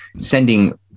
sending